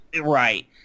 Right